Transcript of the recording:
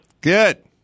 Good